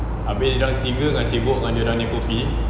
abeh dorang tiga tengah sibuk dengan dorang punya coffee